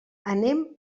anem